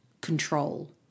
control